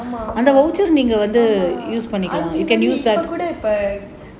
ஆமா இப்ப கூட:aamaa ippa kuda